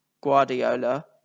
Guardiola